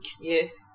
Yes